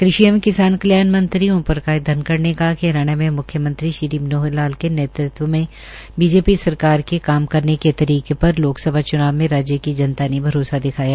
कृषि एवं किसान कल्याण मंत्री ओम प्रकाश धनखड़ ने कहा कि हरियाणा में मुख्यमंत्री श्री मनोहर लाल के नेतृत्व में बीजेपी सरकार के काम करने के तरीके पर लोकसभा चुनाव में राज्य की जनता ने भरोसा दिखाया है